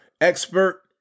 expert